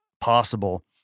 possible